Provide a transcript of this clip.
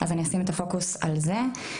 אני אשים את הפוקוס על זה.